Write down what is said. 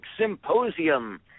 Symposium